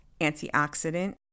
antioxidant